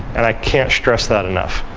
and i can't stress that enough.